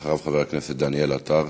אחריו, חבר הכנסת דניאל עטר,